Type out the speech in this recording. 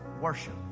worship